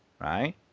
right